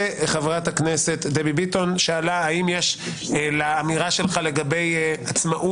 וחברת הכנסת דבי ביטון שאלה האם יש לאמירה שלך לגבי עצמאות